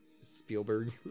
Spielberg